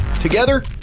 Together